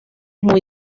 muy